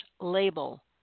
label